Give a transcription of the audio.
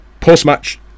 Post-match